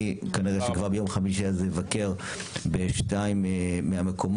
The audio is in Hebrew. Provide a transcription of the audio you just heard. כנראה שכבר ביום חמישי הזה אני אבקר בשניים מהמקומות,